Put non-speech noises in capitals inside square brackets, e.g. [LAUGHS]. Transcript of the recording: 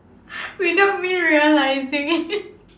[LAUGHS] without me realising [LAUGHS]